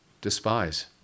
despise